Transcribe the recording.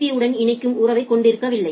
B உடன் இணைக்கும் உறவைக் கொண்டிருக்கவில்லை